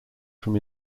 from